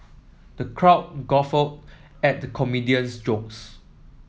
the crowd guffawed at the comedian's jokes